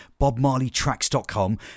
BobMarleyTracks.com